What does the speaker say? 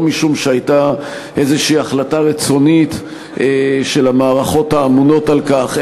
לא משום שהייתה איזו החלטה רצונית של המערכות האמונות על כך,